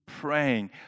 Praying